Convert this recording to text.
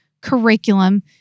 curriculum